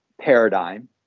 paradigm